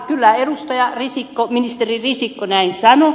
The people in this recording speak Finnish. kyllä ministeri risikko näin sanoi